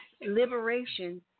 liberation